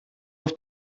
auf